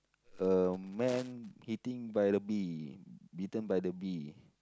a man eating by the bee bitten by the bee